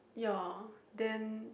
ya then